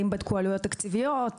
אם בדקו עלויות תקציביות,